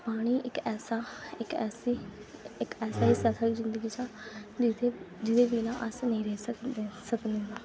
पानी इक ऐसा इक ऐसी इक ऐसा हिस्सा साढ़ी जिदंगी बिचा जिदे जेह्दे बिना अस नेईं रेही सकने आं